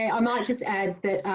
i might just add that